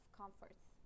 comforts